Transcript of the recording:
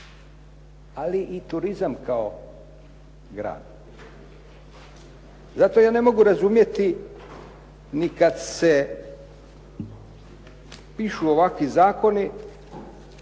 ali i turizam kao grad. Zato ja ne mogu razumjeti ni kad se pišu ovakvi zakoni,